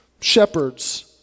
shepherds